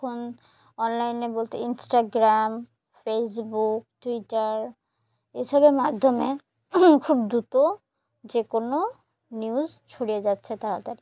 এখন অনলাইনে বলতে ইনস্টাগ্রাম ফেসবুক টুইটার এসবের মাধ্যমে খুব দ্রুত যে কোনো নিউজ ছড়িয়ে যাচ্ছে তাড়াতাড়ি